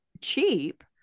cheap